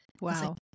Wow